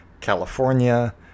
California